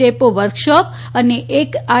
depot workshop અને એક R